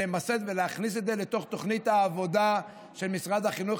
למסד ולהכניס את זה לתוך תוכנית העבודה של משרד החינוך.